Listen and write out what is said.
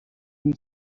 mean